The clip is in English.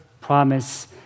promise